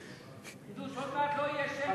חדו"ש לא חדש.